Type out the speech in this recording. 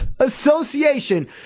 Association